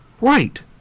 Right